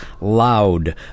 loud